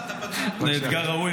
זה אתגר ראוי,